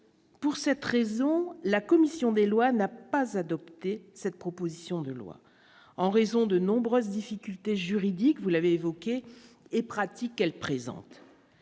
Pour cette raison, la commission des lois n'a pas adopté cette proposition de loi en raison de nombreuses difficultés juridiques, vous l'avez évoqué et pratique qu'elle présente.